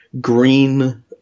green